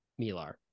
milar